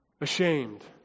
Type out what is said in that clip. ashamed